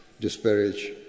disparage